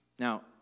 Now